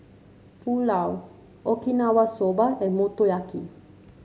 Pulao Okinawa Soba and Motoyaki